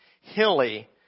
hilly